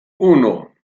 uno